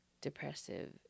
depressive